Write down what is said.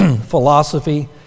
Philosophy